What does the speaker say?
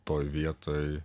toj vietoj